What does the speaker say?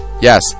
Yes